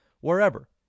wherever